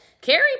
Carrie